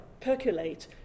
percolate